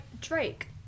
Drake